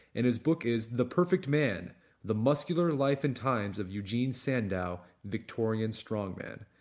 and his book is the perfect man the muscular life and times of eugen sandow, victorian strongman.